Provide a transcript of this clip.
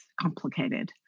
complicated